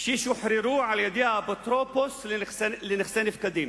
ששוחררו על-ידי האפוטרופוס לנכסי נפקדים.